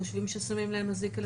חושבים ששמים להם אזיק אלקטרוני.